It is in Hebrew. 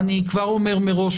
אני כבר אומר מראש,